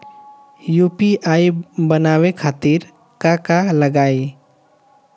UPI बनावे खातिर का का लगाई?